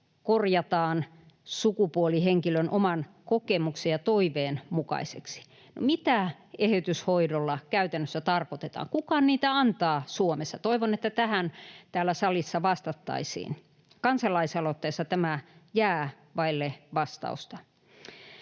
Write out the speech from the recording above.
korjataan sukupuoli henkilön oman kokemuksen ja toiveen mukaiseksi. No, mitä eheytyshoidolla käytännössä tarkoitetaan? Kuka niitä antaa Suomessa? Toivon, että tähän täällä salissa vastattaisiin. Kansalaisaloitteessa tämä jää vaille vastausta.